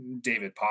David